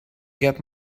get